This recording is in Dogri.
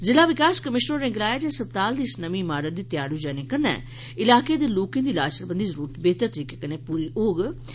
जिला विकास कमिशनर होरें गलाया जे हस्पताल दी इस नमीं इमारत दे तैयार होई जाने कन्नै इलाके दे लोकें दी इलाज सरबंधी जरूरतां बेहतर तरीके कन्नै पूरिआं होई सकङन